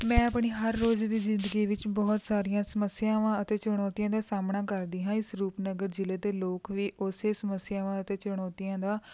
ਮੈਂ ਆਪਣੀ ਹਰ ਰੋਜ਼ ਦੀ ਜ਼ਿੰਦਗੀ ਵਿੱਚ ਬਹੁਤ ਸਾਰੀਆਂ ਸਮੱਸਿਆਵਾਂ ਅਤੇ ਚੁਣੌਤੀਆਂ ਦਾ ਸਾਹਮਣਾ ਕਰਦੀ ਹਾਂ ਇਸ ਰੂਪਨਗਰ ਜ਼ਿਲ੍ਹੇ ਦੇ ਲੋਕ ਵੀ ਉਸੇ ਸਮੱਸਿਆਵਾਂ ਅਤੇ ਚੁਣੌਤੀਆਂ ਦਾ